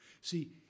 See